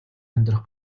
амьдрах